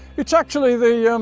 it's actually the yeah um